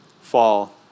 fall